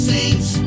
Saints